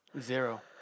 Zero